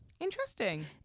Interesting